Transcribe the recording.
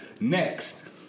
Next